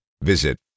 Visit